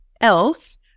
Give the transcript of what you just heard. else